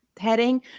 heading